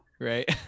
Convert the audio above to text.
Right